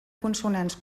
consonants